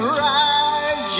right